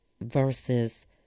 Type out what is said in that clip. versus